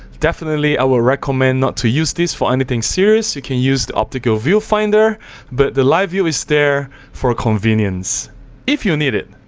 definitely i will recommend not to use this for anything serious, you can use the optical viewfinder but the live view is there for convenience if you need it.